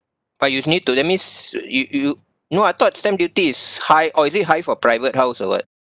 but you need to that means you you no I thought stamp duty is high or is it high for private house or [what]